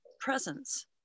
presence